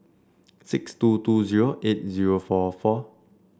six two two zero eight zero four four